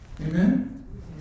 Amen